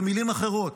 במילים אחרות,